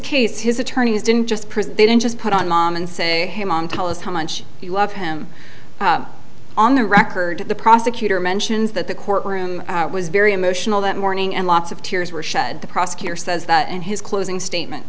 case his attorneys didn't just they didn't just put on mom and say hey mom tell us how much you love him on the record the prosecutor mentions that the courtroom was very emotional that morning and lots of tears were shed the prosecutor says that in his closing statement